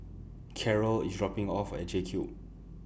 Carrol IS dropping Me off At JCube